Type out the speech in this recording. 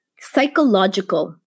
psychological